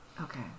Okay